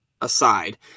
aside